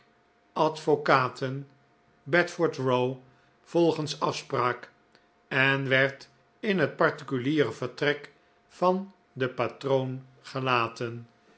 advocaten bedford row volgens afspraak en werd in het particuliere vertrek van den patroon gelaten